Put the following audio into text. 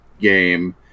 game